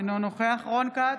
אינו נוכח רון כץ,